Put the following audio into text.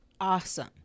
awesome